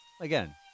again